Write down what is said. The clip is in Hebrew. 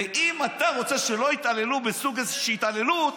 ואם אתה רוצה שלא יתעללו בסוג הזה של התעללות,